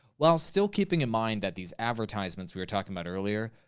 while still keeping in mind that these advertisements we were talking about earlier,